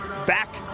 back